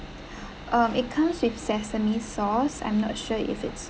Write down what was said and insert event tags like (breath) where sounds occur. (breath) um it comes with sesame sauce I'm not sure if it's